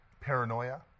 paranoia